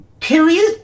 period